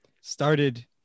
started